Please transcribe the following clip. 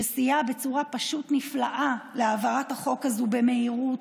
שסייע בצורה פשוט נפלאה להעברת החוק הזה במהירות,